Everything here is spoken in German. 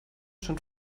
schon